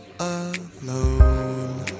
alone